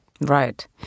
Right